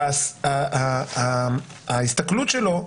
שההסתכלות שלו,